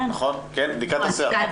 נכון, בדיקת השיער?